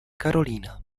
karolína